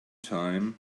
time